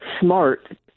smart